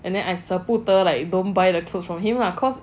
and then I 舍不得 like don't buy the clothes from him lah cause